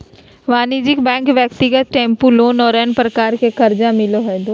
वाणिज्यिक बैंक ब्यक्तिगत tempo loan और अन्य प्रकार के कर्जा मिलो हइ